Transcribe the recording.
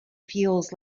feels